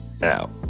Now